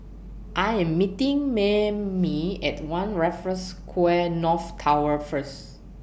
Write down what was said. I Am meeting Maymie At one Raffles Quay North Tower First